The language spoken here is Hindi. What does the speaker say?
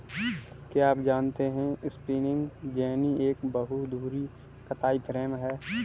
क्या आप जानते है स्पिंनिंग जेनि एक बहु धुरी कताई फ्रेम है?